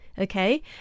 Okay